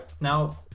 now